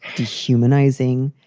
dehumanizing,